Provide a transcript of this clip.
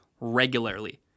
regularly